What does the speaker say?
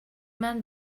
man